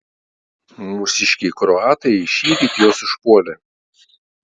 mūsiškiai kroatai šįryt juos užpuolė